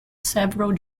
several